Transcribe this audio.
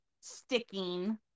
sticking